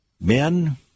Men